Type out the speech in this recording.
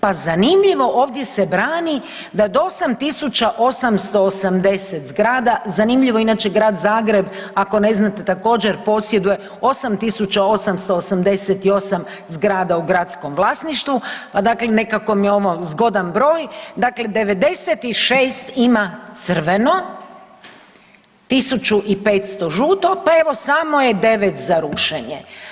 Baš zanimljivo, ovdje se brani da je do 8880 zgrada, zanimljivo, inače Gard Zagreb ako ne znate, također posjeduje 8888 zgrada u gradskom vlasništvu, a dakle i nekako mi je ovo zgodan broj, dakle 96 ima crveno, 1500 žuto, pa evo samo je 9 za rušenje.